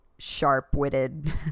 sharp-witted